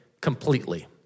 completely